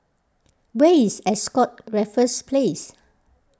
where is Ascott Raffles Place